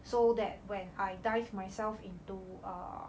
so that when I dive myself into err